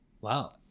Wow